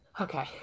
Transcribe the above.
Okay